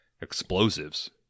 explosives